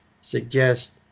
suggest